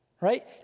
Right